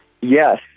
Yes